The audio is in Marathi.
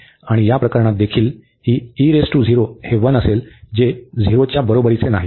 आणि या प्रकरणात देखील ही हे 1 असेल जे 0 च्या बरोबरीचे नाही